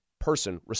person